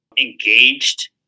engaged